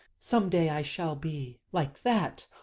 some day i shall be like that,